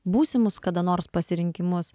būsimus kada nors pasirinkimus